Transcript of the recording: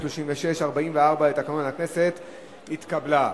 36 ו-44 לתקנון הכנסת התקבלה.